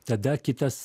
tada kitas